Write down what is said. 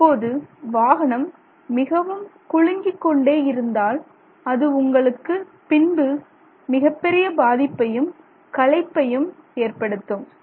அப்போது வாகனம் மிகவும் குலுங்கி கொண்டே இருந்தால் அது உங்களுக்கு பின்பு மிகப்பெரிய பாதிப்பையும் களைப்பையும் ஏற்படுத்தும்